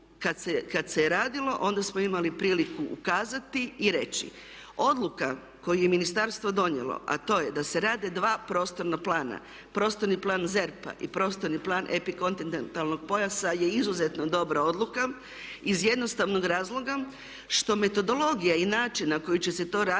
kada se radilo onda smo imali priliku ukazati i reći, odluka koju je ministarstvo donijelo a to da se rade dva prostorna plana, prostorni plan ZERP-a i prostorni plan epikontinentalnog pojasa je izuzetno dobra odluka iz jednostavnog razloga što metodologija i način na koji će se to raditi